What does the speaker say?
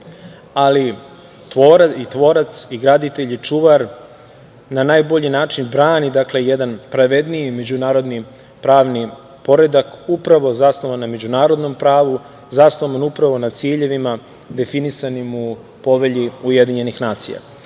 ali i tvorac i graditelj i čuvar, na najbolji način brani jedan pravedniji međunarodni pravni poredak upravo zasnovan na međunarodnom pravu, zasnovan upravo na ciljevima definisanim u povelji UN.U tom